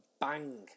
bang